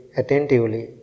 attentively